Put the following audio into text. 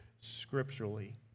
scripturally